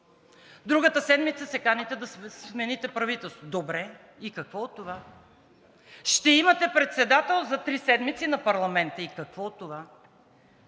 Другата седмица се каните да смените правителството. Добре, и какво от това!? Ще имате председател за три седмици на парламента. И какво от това!?